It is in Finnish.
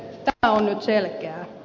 tämä on nyt selkeää